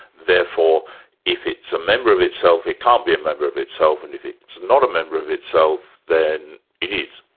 therefore if it's a member of itself, it can't be a member of itself and if it's not a member of itself, then it is.